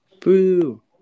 Boo